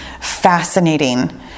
fascinating